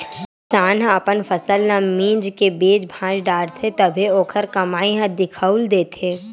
किसान ह अपन फसल ल मिंज के बेच भांज डारथे तभे ओखर कमई ह दिखउल देथे